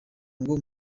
ngo